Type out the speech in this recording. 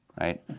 right